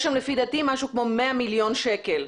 יש שם לפי דעתי משהו כמו 100 מיליון שקל,